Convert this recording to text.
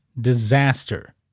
disaster